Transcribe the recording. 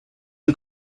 new